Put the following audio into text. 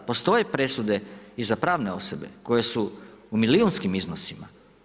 Postoje presude i za pravne osobe, koje su u milijunskim iznosima.